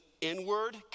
inward